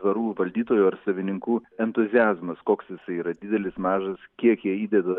dvarų valdytojų ar savininkų entuziazmas koks jisai yra didelis mažas kiek jie įdeda